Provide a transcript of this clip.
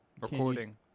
Recording